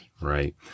Right